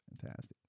Fantastic